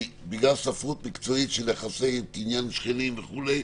בגלל ספרות מקצועית של יחסי קניין שכנים וכו',